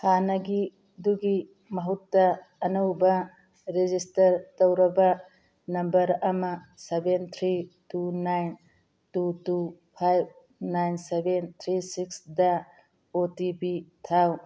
ꯍꯥꯟꯅꯒꯤꯗꯨꯒꯤ ꯃꯍꯨꯠꯇ ꯑꯅꯧꯕ ꯔꯦꯖꯤꯁꯇꯔ ꯇꯧꯔꯕ ꯅꯝꯕꯔ ꯑꯃ seven three two nine two two five nine seven three ꯁꯤꯛꯁꯗ ꯑꯣ ꯇꯤ ꯄꯤ ꯊꯥꯎ